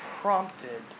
prompted